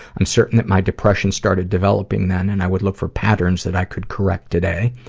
i'm certain that my depression started developing then and i would look for patterns that i could correct today.